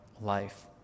life